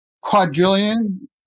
quadrillion